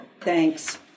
thanks